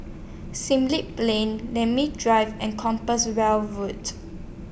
Plain Namly Drive and Compassvale Road